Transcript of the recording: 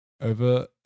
Over